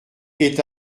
est